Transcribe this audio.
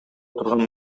турган